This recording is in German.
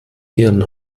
ihren